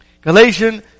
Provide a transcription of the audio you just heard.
Galatians